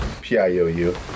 P-I-O-U